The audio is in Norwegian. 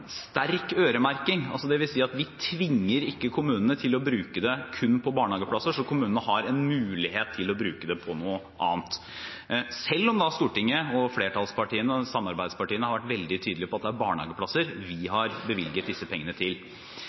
tvinger kommunene til å bruke dem kun på barnehageplasser, så kommunene har en mulighet til å bruke dem på noe annet, selv om Stortinget, flertallspartiene, samarbeidspartiene, har vært tydelige på at det er barnehageplasser vi har bevilget disse pengene til.